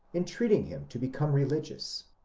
entreating him to become religious.